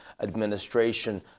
administration